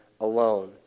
alone